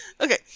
Okay